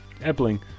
Epling